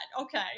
okay